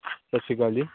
ਸਤਿ ਸ਼੍ਰੀ ਅਕਾਲ ਜੀ